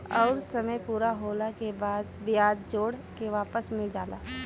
अउर समय पूरा होला के बाद बियाज जोड़ के वापस मिल जाला